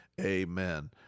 Amen